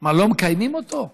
מה, לא מקיימים אותו?